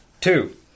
Two